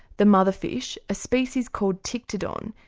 the mother fish, a species called ptyctodon,